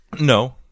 No